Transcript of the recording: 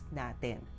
natin